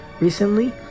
recently